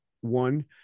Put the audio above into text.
One